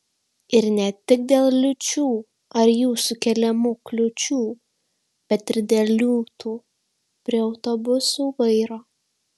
ir ne tik dėl liūčių ar jų sukeliamų kliūčių bet ir dėl liūtų prie autobusų vairo